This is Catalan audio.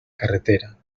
carretera